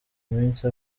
iminsi